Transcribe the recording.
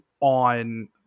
on